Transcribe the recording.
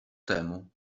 temu